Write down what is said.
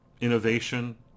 innovation